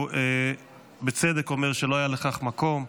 הוא בצדק אומר שלא היה לכך מקום.